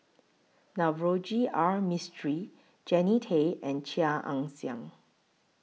Navroji R Mistri Jannie Tay and Chia Ann Siang